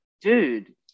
dude